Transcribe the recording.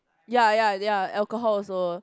ya ya ya alcohol also